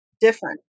different